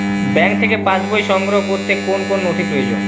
Bank থেকে pass বই সংগ্রহ করতে কোন কোন নথি প্রয়োজন?